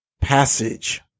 passage